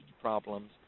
problems